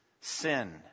sin